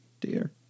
dear